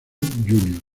iglesias